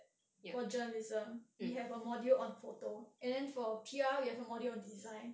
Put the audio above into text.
for journalism we have a module on photo and then for P_R we have a module on design